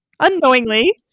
Unknowingly